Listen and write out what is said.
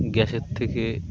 গ্যাসের থেকে